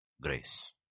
grace